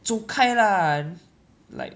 走开 lah like